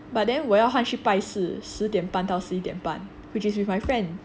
but then 我要换去拜四十点半到十一点半 which is with my friend